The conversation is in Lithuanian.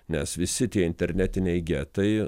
nes visi tie internetiniai getai